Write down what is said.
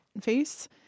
face